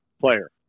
player